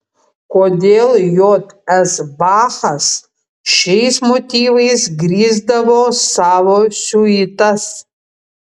kodėl j s bachas šiais motyvais grįsdavo savo siuitas